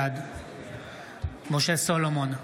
בעד משה סולומון,